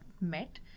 met